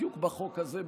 בדיוק בחוק הזה,